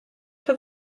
für